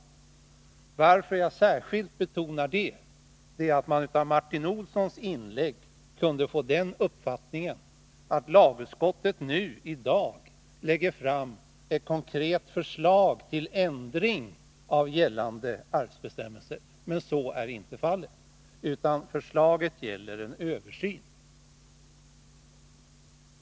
Anledningen till att jag särskilt betonar detta är att man av Martin Olssons inlägg kunde få den uppfattningen att lagutskottet i dag lägger fram ett konkret förslag till ändring av gällande arvsbestämmelser. Så är inte fallet, utan förslaget gäller en översyn.